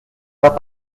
pas